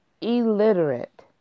illiterate